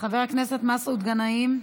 חבר הכנסת מסעוד גנאים,